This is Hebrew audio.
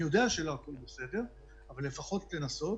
יודע שלא הכול בסדר אבל לפחות לנסות